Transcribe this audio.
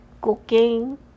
cooking